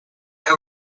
they